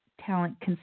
talent